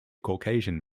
caucasian